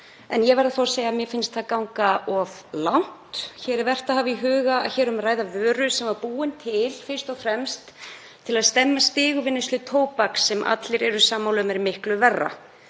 en ég verð að segja að mér finnst það ganga of langt. Hér er vert að hafa í huga að um er að ræða vöru sem var búin til fyrst og fremst til að stemma stigu við neyslu tóbaks, sem allir eru sammála um að er miklu verra,